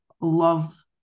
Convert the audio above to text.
love